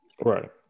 right